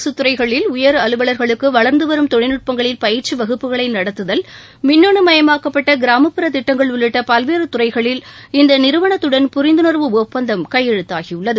அரசுத்துறைகளில் உயர் அலுவலர்களுக்கு வளர்ந்துவரும் தொழில்நுட்பங்களில் பயிற்சி வகுப்புகளை நடத்துதல் மின்னணு மயமாக்கப்பட்ட கிராமப்புறத் திட்டங்கள் உள்ளிட்ட பல்வேறு துறைகளில் இந்த நிறுவனத்துடன் புரிந்துணர்வு ஒப்பந்தம் கையெழுத்தாகியுள்ளது